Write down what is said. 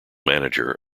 manager